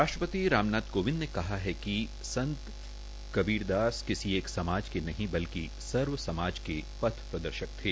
रा प त राम नाथ को वंद ने कहा है क संत कबीरदास कसी एक समाज के नह बश्कि सवसमाज के पथ दशक थे